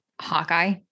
Hawkeye